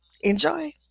enjoy